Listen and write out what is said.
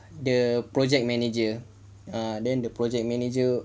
the project manager err then the project manager